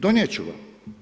Donijet ću vam.